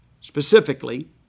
specifically